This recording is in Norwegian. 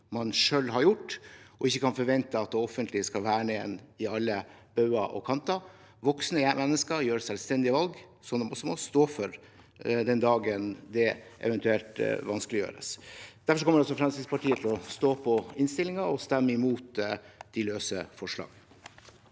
man selv har gjort, og ikke forvente at det offentlige skal verne en på alle bauger og kanter. Voksne mennesker tar selvstendige valg som de også må stå for den dagen det eventuelt vanskeliggjøres. Derfor kommer Fremskrittspartiet til å stå på innstillingen og stemme imot de løse forslagene.